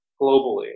globally